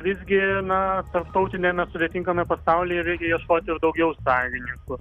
visgi na tarptautiniame sudėtingame pasauly reikia ieškot ir daugiau sąjungininkų